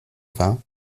vingt